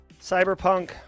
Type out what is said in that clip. Cyberpunk